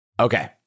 Okay